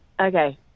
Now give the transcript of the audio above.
Okay